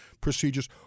procedures